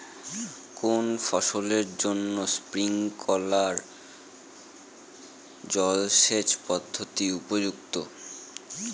কোন ফসলের জন্য স্প্রিংকলার জলসেচ পদ্ধতি উপযুক্ত?